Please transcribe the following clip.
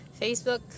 Facebook